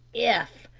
if!